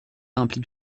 implique